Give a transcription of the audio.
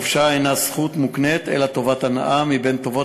חופשה אינה זכות מוקנית אלא טובת הנאה מטובות